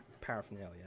paraphernalia